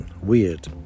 weird